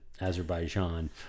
Azerbaijan